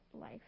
life